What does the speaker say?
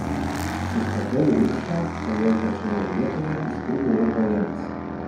sustabdau rikšą toje pačioje vietoje iš kur buvau paėmęs